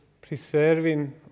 preserving